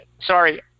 sorry